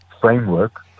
framework